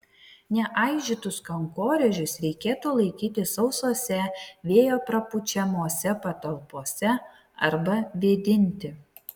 neaižytus kankorėžius reikėtų laikyti sausose vėjo prapučiamose patalpose arba vėdinti